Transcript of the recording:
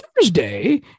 Thursday